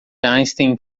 einstein